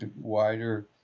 wider